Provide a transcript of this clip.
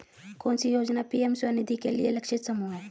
कौन सी योजना पी.एम स्वानिधि के लिए लक्षित समूह है?